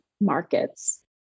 markets